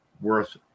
worth